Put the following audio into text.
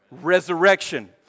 Resurrection